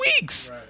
weeks